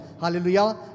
Hallelujah